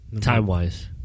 time-wise